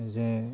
যে